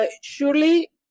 Surely